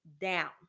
down